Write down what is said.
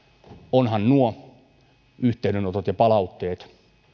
ovathan nuo yhteydenotot ja palautteet